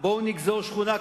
"בואו נגזור שכונה כזאת,